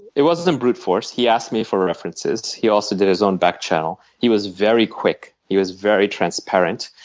it wasn't and brute force. he asked me for references. he also did his own back channel. he was very quick. he was very transparent.